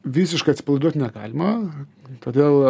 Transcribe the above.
visiškai atsipalaiduot negalima todėl